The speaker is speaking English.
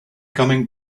coming